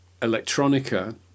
electronica